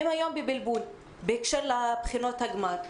והם היום בבלבול בהקשר לבחינות הגמר.